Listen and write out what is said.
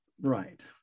Right